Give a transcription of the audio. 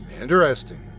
Interesting